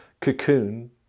cocoon